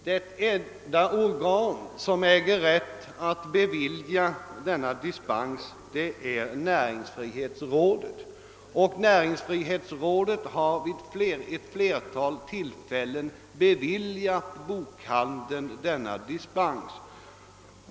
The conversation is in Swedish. Det enda organ som äger rätt att bevilja denna dispens är näringsfrihetsrådet, och näringsfrihetsrådet har vid ett flertal tillfällen beviljat bokhandeln denna dispens.